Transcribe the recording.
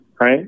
Right